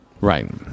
Right